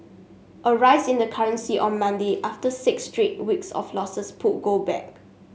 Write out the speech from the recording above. a rise in the currency on Monday after six straight weeks of losses pulled gold back